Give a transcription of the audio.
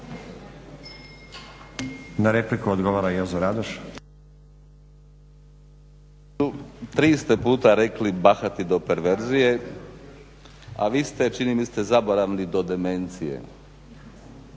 Na repliku odgovara Jozo Radoš.